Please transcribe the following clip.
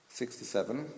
sixty-seven